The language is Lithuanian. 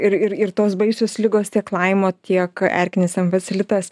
ir ir ir tos baisios ligos tiek laimo tiek erkinis enfacelitas